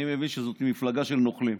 אני מבין שזאת מפלגה של נוכלים,